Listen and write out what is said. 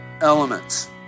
elements